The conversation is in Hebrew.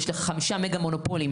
יש לך חמישה מגה מונופולים,